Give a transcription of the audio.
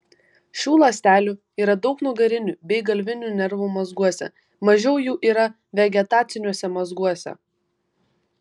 šių ląstelių yra daug nugarinių bei galvinių nervų mazguose mažiau jų yra vegetaciniuose mazguose